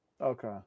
Okay